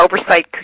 oversight